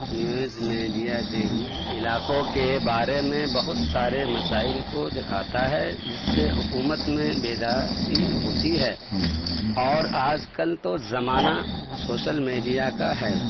news media دیہی علاقوں کے بارے میں بہت سارے مسائل کو دکھاتا ہے جس سے حکومت میں بیداری ہوتی ہے اور آجکل تو زمانہ سوشل میڈیا کا ہے